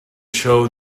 show